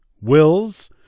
wills